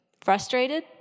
frustrated